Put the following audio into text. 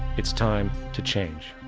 it's time to change.